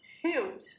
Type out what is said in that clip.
huge